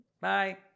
Bye